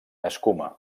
escuma